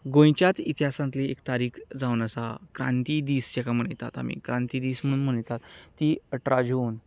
गोंयच्याच इतिहासांतली एक तारीख जावन आसा क्रांती दीस जाका मनयतात आमी क्रांतिदीस म्हूण मनयतात ती अठरा जून